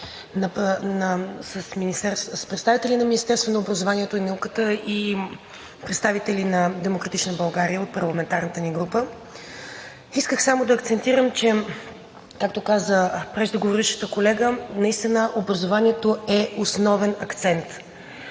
с представители на Министерството на образованието и науката и представители на „Демократична България“ от парламентарната ни група. Исках само да акцентирам, че, както каза преждеговорившата колежка, наистина образованието е основен акцент.